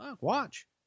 Watch